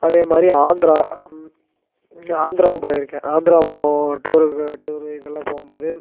அதே மாதிரி ஆந்திரா ஆந்திராவும் போயிருக்கேன் ஆந்திரா போ டூருக்கு டூர்ரு இதெல்லாம் போகும் போது